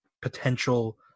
potential